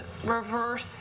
reverse